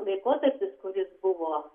laikotarpis kuris buvo